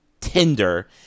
Tinder